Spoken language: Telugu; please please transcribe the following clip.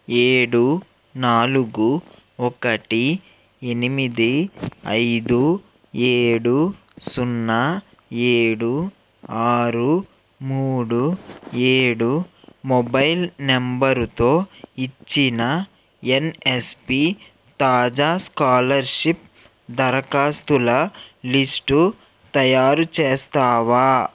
ఏడు నాలుగు ఒకటి ఎనిమిది ఐదు ఏడు సున్నా ఏడు ఆరు మూడు ఏడు మొబైల్ నంబరుతో ఇచ్చిన యన్యస్పి తాజా స్కాలర్షిప్ దరఖాస్తుల లిస్టు తయారు చేస్తావా